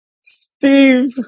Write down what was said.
Steve